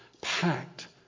packed